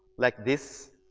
like this,